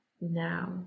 now